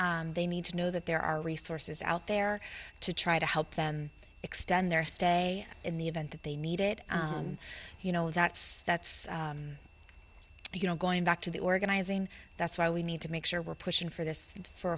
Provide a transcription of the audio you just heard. evictions they need to know that there are resources out there to try to help them extend their stay in the event that they need it and you know that's that's you know going back to the organizing that's why we need to make sure we're pushing for this